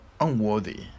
unworthy